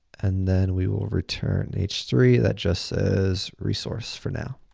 and then, we will return h three that just says resource for now.